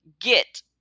get